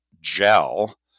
gel